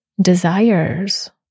desires